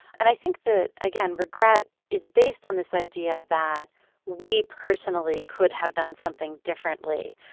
and i think that, again, regret is based on this idea that we personally could have done something differently.